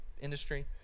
industry